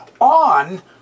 on